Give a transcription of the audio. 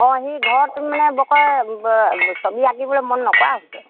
অঁ সি ঘৰত মানে বৰকৈ ব ছবি আঁকিবলৈ মন নকৰা হৈছে